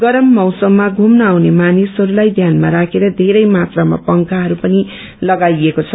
गरम मौसमया घुम्न आउने मानिसहरूलाई ध्यानमा राखेर बेरै मात्रामा ऐक्जस्अ फेन पनि लगाईएको छ